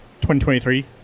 2023